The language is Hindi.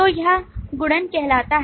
तो यह गुणन कहलाता है